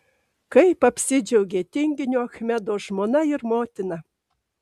kaip apsidžiaugė tinginio achmedo žmona ir motina